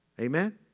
Amen